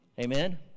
Amen